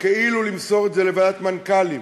וכאילו למסור את זה לוועדת מנכ"לים.